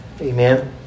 Amen